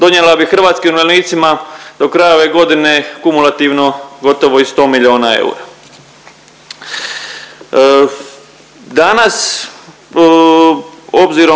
donijela bi hrvatskim umirovljenicima do kraja ove godine kumulativno gotovo i 100 milijuna eura.